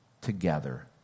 together